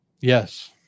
yes